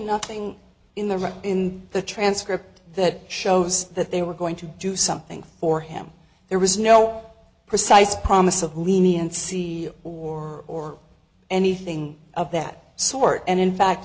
nothing in the red in the transcript that shows that they were going to do something for him there was no precise promise of lenient see or or anything of that sort and in fact